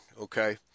okay